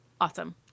awesome